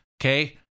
Okay